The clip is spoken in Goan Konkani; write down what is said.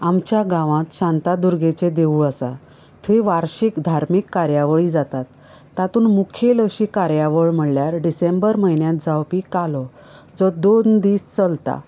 आमच्या गांवांत शांतादुर्गेचें देवूळ आसा थंय वार्षीक धार्मीक कार्यावळीं जातात तातूंत मुखेल अशीं कार्यावळ म्हळ्यार डिसेंबर म्हयन्यांत जावपी कालो जो दोन दीस चलता